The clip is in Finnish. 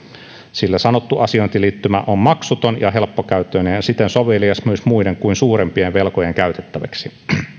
sillä sanottu asiointiliittymä on maksuton ja helppokäyttöinen ja siten sovelias myös muiden kuin suurempien velkojien käytettäväksi